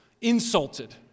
insulted